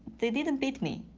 they didn't beat me.